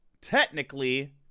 Technically